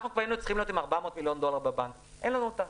אנחנו כבר היינו צריכים להיות עם 400 מיליון דולר בבנק ואין לנו אותם.